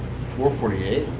four forty eight?